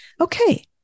Okay